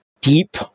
deep